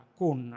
con